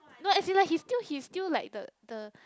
no as in like he's still he's still like the the